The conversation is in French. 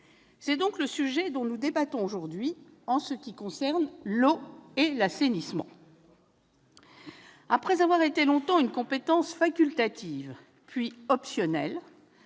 C'est le sujet dont nous débattons aujourd'hui en ce qui concerne l'eau et l'assainissement. Après avoir été longtemps une compétence facultative, puis optionnelle,